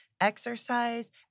exercise